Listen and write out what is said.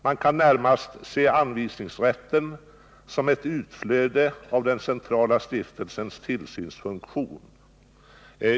Man kan närmast se anvisningsrätten som ett utflöde av den centrala stiftelsens tillsynsfunktion.